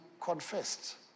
confessed